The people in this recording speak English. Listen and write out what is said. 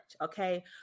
okay